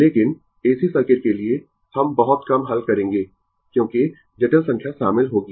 लेकिन AC circuit के लिए हम बहुत कम हल करेंगें क्योंकि जटिल संख्या शामिल होगी